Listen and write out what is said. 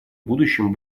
будущем